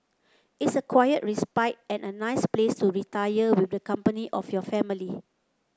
it's a quiet respite and a nice place to retire with the company of your family